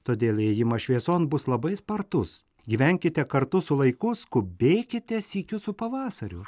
todėl ėjimas švieson bus labai spartus gyvenkite kartu su laiku skubėkite sykiu su pavasariu